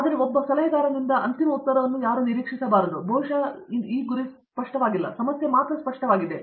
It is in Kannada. ಆದ್ದರಿಂದ ಒಬ್ಬ ಸಲಹೆಗಾರನಿಂದ ಅಂತಿಮ ಉತ್ತರವನ್ನು ನಿರೀಕ್ಷಿಸಬೇಡ ಇದು ಬಹುಶಃ ಗುರಿ ತುಂಬಾ ಸ್ಪಷ್ಟವಾಗಿಲ್ಲ ಸಮಸ್ಯೆ ಮಾತ್ರ ಸ್ಪಷ್ಟವಾಗಿದೆ